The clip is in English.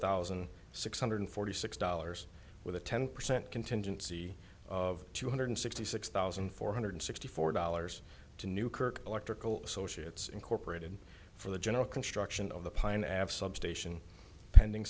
thousand six hundred forty six dollars with a ten percent contingency of two hundred sixty six thousand four hundred sixty four dollars to newkirk electrical associates incorporated for the general construction of the pine av substation